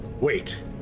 Wait